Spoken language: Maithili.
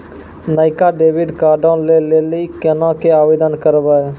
नयका डेबिट कार्डो लै लेली केना के आवेदन करबै?